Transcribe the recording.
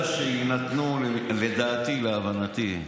לדעתי, להבנתי,